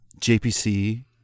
JPC